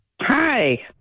Hi